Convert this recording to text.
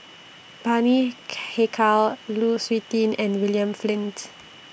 Bani Haykal Lu Suitin and William Flint